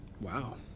Wow